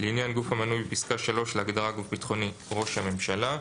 לעניין גוף המנוי בפסקה (3) להגדרה "גוף ביטחוני" ראש הממשלה.